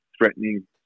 threatening